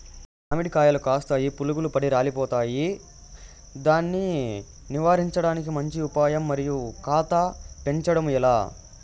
మామిడి కాయలు కాస్తాయి పులుగులు పడి రాలిపోతాయి దాన్ని నివారించడానికి మంచి ఉపాయం మరియు కాత పెంచడము ఏలా?